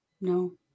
No